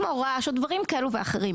כמו רעש או דברים כאלו ואחרים.